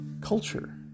culture